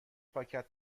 پاکت